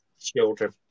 children